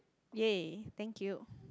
yay thank you